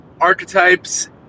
Archetypes